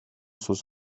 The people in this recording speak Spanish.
sus